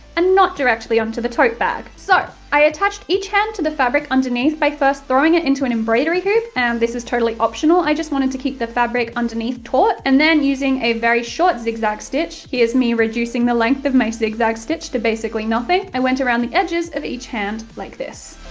and not directly on to the tote bag. so, i attached each hand to the fabric underneath by first throwing it into an embroidery hoop and this is totally optional, i just wanted to keep the fabric underneath taut and then using a very short zig-zag stitch here is me reducing the length of my zig-zag stitch to basically nothing i went around the edges of each hand like this.